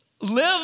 Live